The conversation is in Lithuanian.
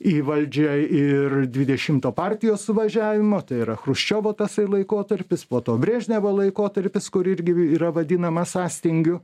į valdžią ir dvidešimto partijos suvažiavimo tai yra chruščiovo tasai laikotarpis po to brežnevo laikotarpis kur irgi yra vadinama sąstingiu